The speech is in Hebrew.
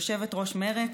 יושבת-ראש מרצ,